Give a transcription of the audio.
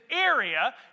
area